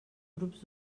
grups